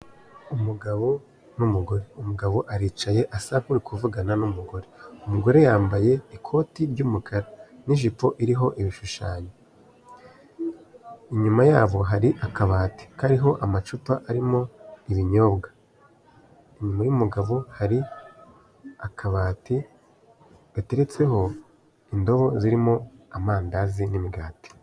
Umugabo n'umugore, umugabo aricaye asa nkuri kuvugana n'umugore, umugore yambaye ikoti ry'umukara n'ijipo iriho ibishushanyo, inyuma yabo hari akabati kariho amacupa arimo ibinyobwa, inyuma y'umugabo hari akabati gateretseho indobo zirimo amandazi n'imigati.